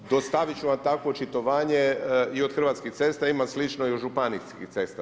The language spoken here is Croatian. Dostaviti ću vam takvo očitovanje i od Hrvatskih cesta, ima slično i u županijskim cestama.